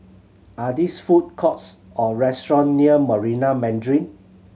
are these food courts or restaurant near Marina Mandarin